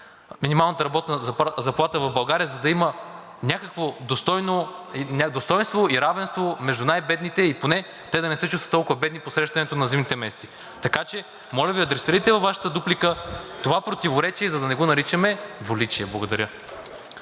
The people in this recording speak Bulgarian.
минималната работна заплата в България, за да има някакво достойнство и равенство между най-бедните и поне те да не се чувстват толкова бедни в посрещането на зимните месеци. Така че, моля адресирайте във Вашата дуплика това противоречие, за да не го наричаме двуличие. Благодаря.